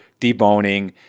deboning